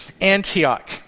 Antioch